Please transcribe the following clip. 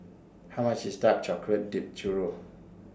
How much IS Dark Chocolate Dipped Churro